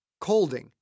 colding